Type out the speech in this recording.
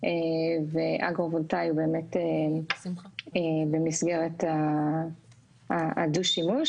ואגרו-וולטאי הוא באמת במסגרת הדו-שימוש.